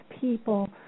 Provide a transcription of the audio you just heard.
people